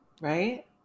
right